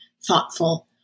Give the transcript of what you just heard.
thoughtful